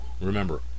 remember